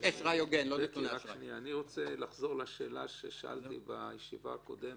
אני רוצה לחזור לשאלה ששאלתי בישיבה הקודמת,